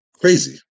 crazy